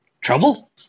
Trouble